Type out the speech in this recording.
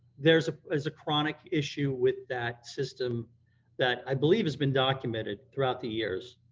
there's a chronic issue with that system that i believe has been documented throughout the years.